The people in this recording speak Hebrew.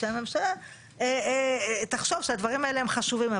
שהממשלה תחשוב שהדברים האלה הם חשובים.